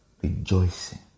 Rejoicing